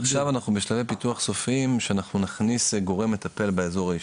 עכשיו אנחנו בשלבי פיתוח סופיים שאנחנו נכניס גורם מטפל באזור האישי.